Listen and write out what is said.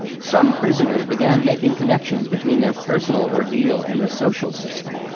some prisoners began making connections between their personal ordeal and the social system.